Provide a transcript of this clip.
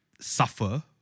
suffer